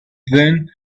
then